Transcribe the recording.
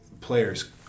players